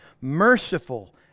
merciful